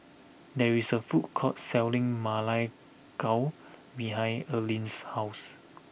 there is a food court selling Ma Lai Gao behind Earlean's house